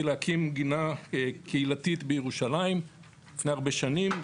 להקים גינה קהילתית בירושלים לפני הרבה שנים.